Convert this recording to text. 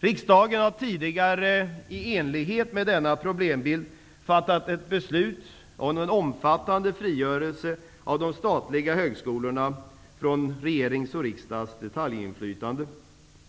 Riksdagen har tidigare i enlighet med denna problembild fattat ett beslut om en omfattande frigörelse av de statliga högskolorna från regerings och riksdags detaljinflytande.